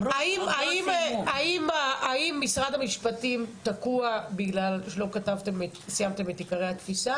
האם משרד המשפטים תקוע בגלל שלא סיימתם את עיקרי התפיסה?